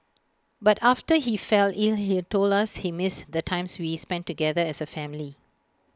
but after he fell ill he told us he missed the times we spent together as A family